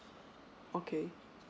okay